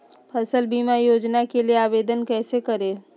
फसल बीमा योजना के लिए आवेदन कैसे करें?